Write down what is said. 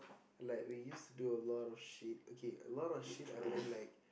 like we use to do a lot of shit okay a lot of shit I meant like